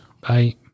Bye